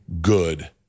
good